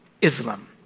Islam